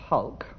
Hulk